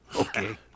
Okay